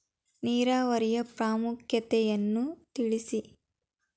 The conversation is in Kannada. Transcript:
ನೀರಾವರಿಯ ಪ್ರಾಮುಖ್ಯತೆ ಯನ್ನು ತಿಳಿಸಿ?